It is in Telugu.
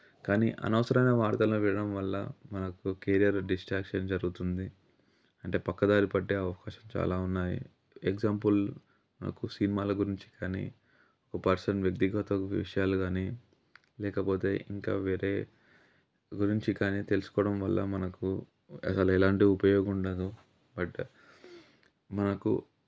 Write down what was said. కానీ అనవసమైన వార్తలను వినడం వల్ల మనకు కెరియర్ డిస్ట్రాక్షన్ జరుగుతుంది అంటే పక్కదారి పట్టే అవకాశం చాలా ఉన్నాయి ఎగ్జాంపుల్ నాకు సినిమాల గురించి కానీ ఒక పర్సన్ వ్యక్తిగత విషయాలు కానీ లేకపోతే ఇంకా వేరే గురించి కానీ తెలుసుకోవడం వల్ల మనకు అసలు ఎలాంటి ఉపయోగం ఉండదు బట్ మనకు